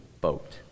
boat